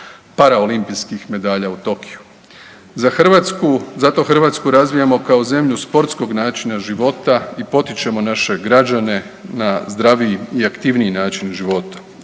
paraolimpijskih medalja u Tokiju. Zato Hrvatsku razvijamo kao zemlju sportskog načina života i potičemo naše građane na zdraviji i aktivniji način života.